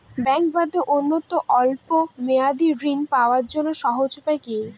ব্যাঙ্কে বাদে অন্যত্র স্বল্প মেয়াদি ঋণ পাওয়ার জন্য সহজ উপায় কি?